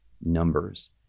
numbers